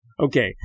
Okay